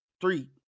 Three